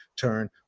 turn